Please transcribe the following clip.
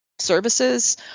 services